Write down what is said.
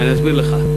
ואני אסביר לך.